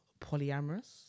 polyamorous